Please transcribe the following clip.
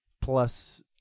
plus